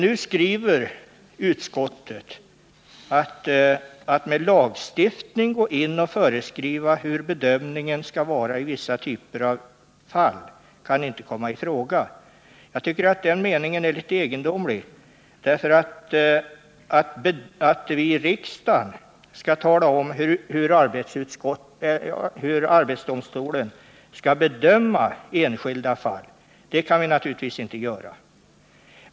Utskottet skriver nu: ”Att med lagstiftning gå in och föreskriva hur bedömningen skall vara i vissa typer av fall kan inte komma i fråga.” Den meningen är litet egendomlig. Att vi i riksdagen skall tala om hur arbetsdomstolen skall bedöma enskilda fall är naturligtvis inte möjligt.